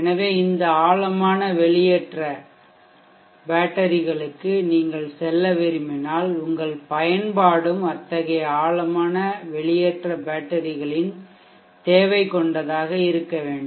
எனவே இந்த ஆழமான வெளியேற்றடிஷ்சார்ஜ் பேட்டரிகளுக்கு நீங்கள் செல்ல விரும்பினால் உங்கள் பயன்பாடும் அத்தகைய ஆழமான வெளியேற்ற பேட்டரிகளின் தேவை கொண்டதாக இருக்கவேண்டும்